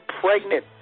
pregnant